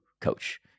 coach